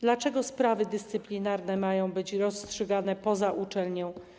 Dlaczego sprawy dyscyplinarne mają być rozstrzygane poza uczelnią?